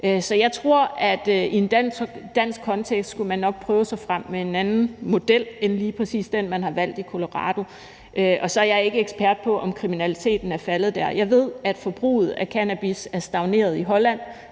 Så jeg tror, at i en dansk kontekst skulle man nok prøve sig frem med en anden model end lige præcis den, man har valgt i Colorado. Og så er jeg ikke ekspert på, om kriminaliteten er faldet der. Jeg ved, at forbruget af cannabis er stagneret i Holland,